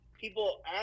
people